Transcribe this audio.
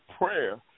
prayer